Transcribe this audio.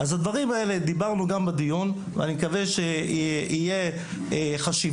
על הדברים האלה דיברנו בדיון ואני מקווה שתהיה חשיבה